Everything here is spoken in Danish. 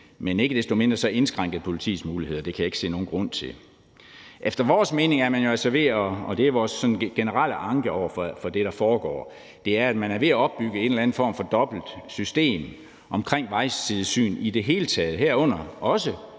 men ikke desto mindre indskrænkes politiets muligheder, og det kan jeg ikke se nogen grund til. Efter vores mening er man jo altså ved, og det er vores sådan generelle anke over for det, der foregår, at opbygge en eller anden form for dobbelt system omkring vejsidesyn i det hele taget, herunder også